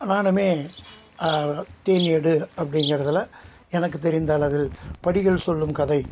நானுமே தேனீ எடு அப்படிங்கிறதுல எனக்கு தெரிந்த அளவில் படிகள் சொல்லும் கதை